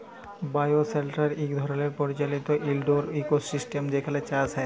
bioshelter ইক ধরলের পরিচালিত ইলডোর ইকোসিস্টেম যেখালে চাষ হ্যয়